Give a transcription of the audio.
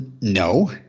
No